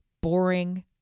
boring